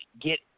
get